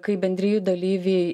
kaip bendrijų dalyviai